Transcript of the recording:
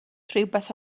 rhywbeth